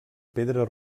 pedra